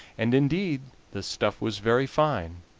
and indeed the stuff was very fine,